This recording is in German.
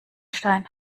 stein